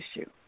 issue